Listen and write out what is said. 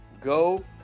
go